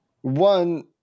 One